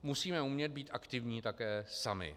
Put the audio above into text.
Musíme umět být aktivní také sami.